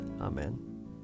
Amen